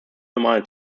normale